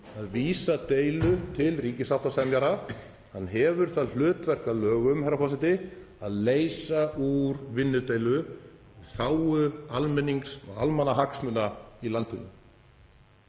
að vísa deilu til ríkissáttasemjara. Hann hefur það hlutverk að lögum að leysa úr vinnudeilu í þágu almennings og almannahagsmuna í landinu.